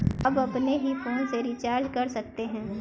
हम अपने ही फोन से रिचार्ज कैसे कर सकते हैं?